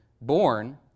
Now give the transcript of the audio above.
born